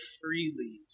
freely